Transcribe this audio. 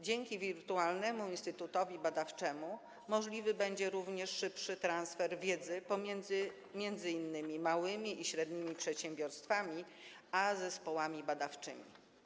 Dzięki wirtualnemu instytutowi badawczemu możliwy będzie również szybszy transfer wiedzy pomiędzy m.in. małymi i średnimi przedsiębiorstwami a zespołami badawczymi.